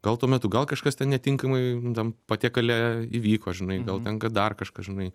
gal tuo metu gal kažkas ten netinkamai tam patiekale įvyko žinai gal ten ka dar kažkas žinai